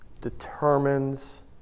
determines